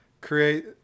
create